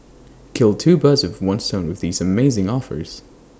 kill two birds with one stone with these amazing offers